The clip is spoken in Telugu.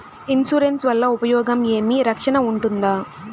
ఇన్సూరెన్సు వల్ల ఉపయోగం ఏమి? రక్షణ ఉంటుందా?